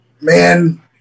man